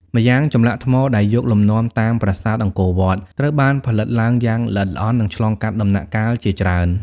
ម្យ៉ាងចម្លាក់ថ្មដែលយកលំនាំតាមប្រាសាទអង្គរវត្ត ត្រូវបានផលិតឡើងយ៉ាងល្អិតល្អន់ និងឆ្លងកាត់ដំណាក់កាលជាច្រើន។